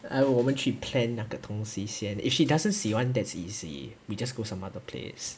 来我们去 plan 那个东西先 if she doesn't 喜欢 that's easy we just go some other place